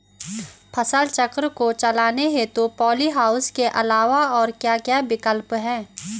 फसल चक्र को चलाने हेतु पॉली हाउस के अलावा और क्या क्या विकल्प हैं?